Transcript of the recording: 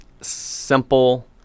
simple